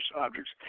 objects